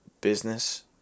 business